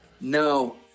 No